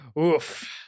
Oof